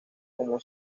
como